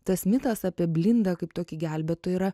tas mitas apie blindą kaip tokį gelbėtoją yra